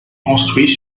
construits